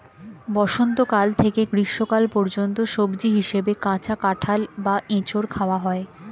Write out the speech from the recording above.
বসন্তকাল থেকে গ্রীষ্মকাল পর্যন্ত সবজি হিসাবে কাঁচা কাঁঠাল বা এঁচোড় খাওয়া হয়